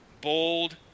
bold